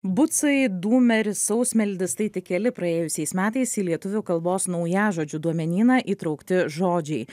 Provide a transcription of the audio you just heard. bucai dūmeris sausmeldis tai tik keli praėjusiais metais į lietuvių kalbos naujažodžių duomenyną įtraukti žodžiai